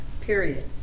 Period